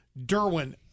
derwin